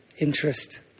Interest